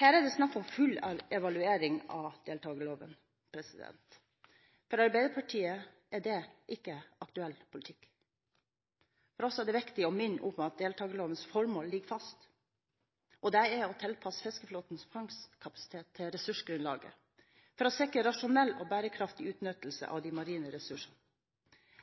Her er det snakk om full evaluering av deltakerloven. For Arbeiderpartiet er det ikke aktuell politikk. For oss er det viktig å minne om at deltakerlovens formål ligger fast. Det er å tilpasse fiskeflåtens fangstkapasitet til ressursgrunnlaget for å sikre en rasjonell og bærekraftig utnyttelse av de marine ressursene,